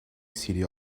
city